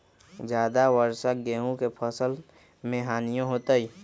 ज्यादा वर्षा गेंहू के फसल मे हानियों होतेई?